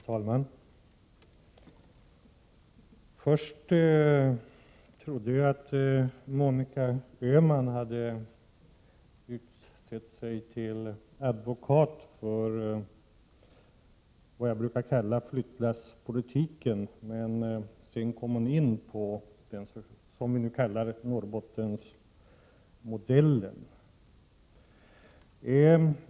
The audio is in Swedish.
Fru talman! Först trodde jag att Monica Öhman hade utsett sig till advokat för vad jag brukar kalla flyttlasspolitiken. Sedan kom hon in på Norrbottensmodellen.